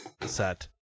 set